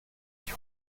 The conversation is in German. ich